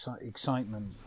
excitement